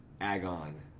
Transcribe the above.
agon